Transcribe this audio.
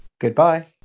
Goodbye